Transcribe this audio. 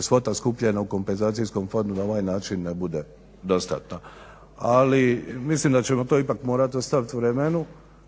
svota skupljena u kompenzacijskom fondu na ovaj način ne bude dostatna. Ali, mislim da ćemo to ipak morati ostaviti vremenu